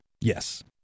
yes